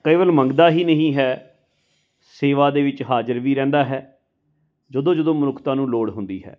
ਕੇਵਲ ਮੰਗਦਾ ਹੀ ਨਹੀਂ ਹੈ ਸੇਵਾ ਦੇ ਵਿੱਚ ਹਾਜ਼ਰ ਵੀ ਰਹਿੰਦਾ ਹੈ ਜਦੋਂ ਜਦੋਂ ਮਨੁੱਖਤਾ ਨੂੰ ਲੋੜ ਹੁੰਦੀ ਹੈ